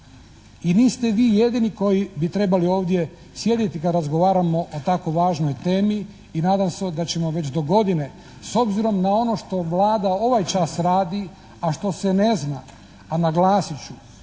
I niste vi jedini koji bi trebali ovdje sjediti kad razgovaramo o tako važnoj temi i nadam se da ćemo već dogodine s obzirom na ono što Vlada ovaj čas radi, a što se ne zna, a naglasit ću